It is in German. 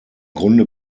grunde